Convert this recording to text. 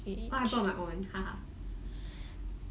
oh I bought my own